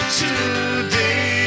today